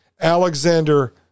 Alexander